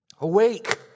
Awake